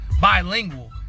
bilingual